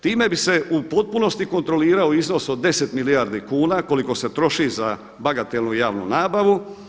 Time bi se u potpunosti kontrolirao iznos od 10 milijardi kuna koliko se troši za bagatelnu javnu nabavu.